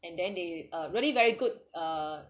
and then they uh really very good uh